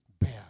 bear